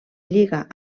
lliga